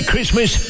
Christmas